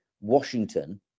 Washington